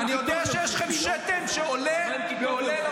אני יודע שיש לכם שתן שעולה ועולה,